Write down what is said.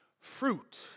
Fruit